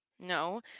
No